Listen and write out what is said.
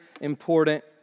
important